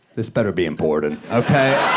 this better be important, okay?